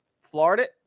Florida